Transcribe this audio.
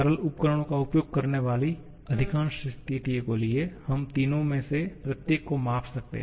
सरल उपकरणों का उपयोग करने वाली अधिकांश स्थितियों के लिए हम तीनों में से प्रत्येक को माप सकते हैं